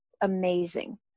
amazing